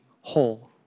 whole